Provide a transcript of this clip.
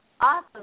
Awesome